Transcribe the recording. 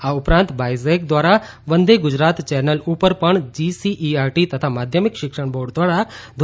આ ઉપરાંત બાયસેગ દ્વારા વંદે ગુજરાત ચેનલ ઉપર પણ જીસીઇઆરટી તથા માધ્યમિક શિક્ષણ બોર્ડ દ્વારા ધો